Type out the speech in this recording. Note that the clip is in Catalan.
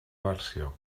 versió